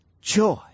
joy